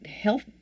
health